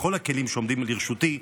בכל הכלים שעומדים לרשותי,